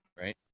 right